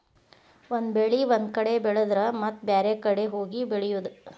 ಒಂದ ಬೆಳೆ ಒಂದ ಕಡೆ ಬೆಳೆದರ ಮತ್ತ ಬ್ಯಾರೆ ಕಡೆ ಹೋಗಿ ಬೆಳಿಯುದ